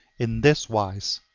in this wise